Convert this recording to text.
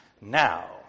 Now